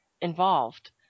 involved